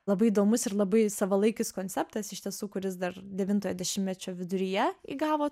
labai įdomus ir labai savalaikis konceptas iš tiesų kuris dar devintojo dešimtmečio viduryje įgavo